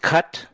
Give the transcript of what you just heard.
Cut